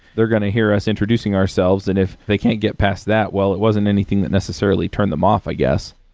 they're going to hear us introducing ourselves. and if they can't get past that, well, it wasn't anything that necessarily turn them off, i guess.